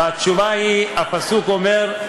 והתשובה היא: הפסוק אומר: